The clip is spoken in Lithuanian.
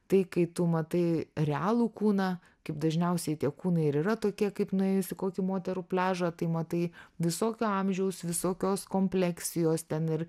tai kai tu matai realų kūną kaip dažniausiai tie kūnai ir yra tokie kaip nuėjus į kokį moterų pliažą tai matai visokio amžiaus visokios kompleksijos ten ir